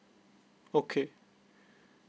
okay